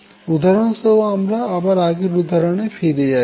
উদাহরণস্বরূপ আমরা আবার আগের উদাহরন নিচ্ছি